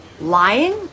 Lying